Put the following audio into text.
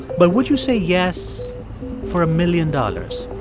but would you say yes for a million dollars?